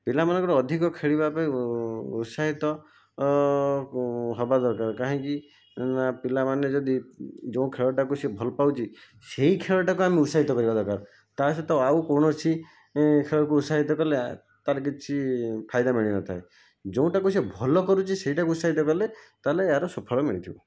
ପିଲାମାନଙ୍କର ଅଧିକ ଖେଳିବା ପାଇଁ ଉତ୍ସାହିତ ହେବା ଦରକାର କାହିଁକିନା ପିଲାମାନେ ଯଦି ଯେଉଁ ଖେଳଟାକୁ ସେ ଭଲ ପାଉଛି ସେହି ଖେଳଟାକୁ ଆମେ ଉତ୍ସାହିତ କରିବା ଦରକାର ତା ସହିତ ଆଉ କୌଣସି ଖେଳକୁ ଉତ୍ସାହିତ କଲେ ତା'ର କିଛି ଫାଇଦା ମିଳି ନଥାଏ ଯେଉଁଟାକୁ ସେ ଭଲ କରୁଛି ସେଇଟାକୁ ଉତ୍ସାହିତ କଲେ ତା'ହେଲେ ଏହାର ସଫଳ ମିଳିଥିବ